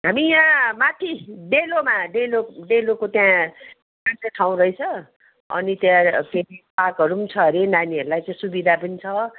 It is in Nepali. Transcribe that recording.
हामी यहाँ माथि डेलोमा डेलो डेलोको त्यहाँ ठाउँ रहेछ अनि त्यहाँ फेरि पार्कहरू पनि छ अरे नानीहरूलाई त्यहाँ सुविधा पनि छ